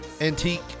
antique